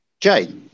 Jay